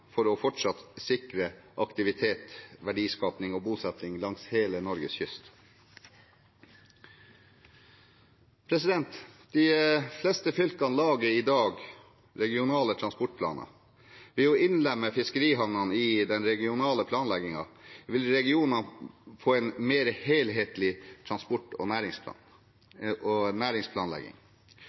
fiskerihavnene for fortsatt å sikre aktivitet, verdiskaping og bosetting langs hele Norges kyst. De fleste fylkene lager i dag regionale transportplaner. Ved å innlemme fiskerihavnene i den regionale planleggingen vil regionene få en mer helhetlig transport- og næringsplanlegging.